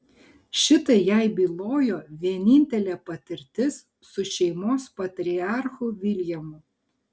šitai jai bylojo vienintelė patirtis su šeimos patriarchu viljamu